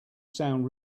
sound